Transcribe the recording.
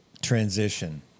Transition